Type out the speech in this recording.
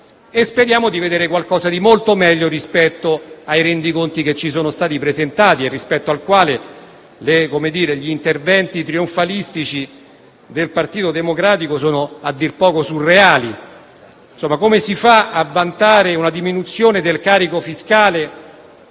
speriamo di vedere qualcosa di molto meglio rispetto ai rendiconti che ci sono stati presentati e rispetto ai quali gli interventi trionfalistici del Partito Democratico sono a dir poco surreali. Ma come si fa a vantare la diminuzione del carico fiscale,